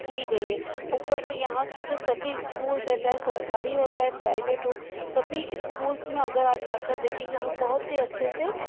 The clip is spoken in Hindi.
की गई है ऊपर से यहाँ की जो सभी स्कूल्स है चाहे सरकारी हो चाहे प्राइवेट हो सभी स्कूल्स में अगर आप जा कर देखेंगे तो बहुत ही अच्छे से